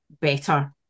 better